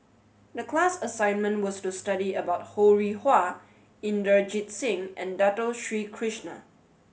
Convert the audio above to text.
the class assignment was to study about Ho Rih Hwa Inderjit Singh and Dato Sri Krishna